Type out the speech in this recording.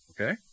okay